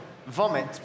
Vomit